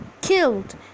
Killed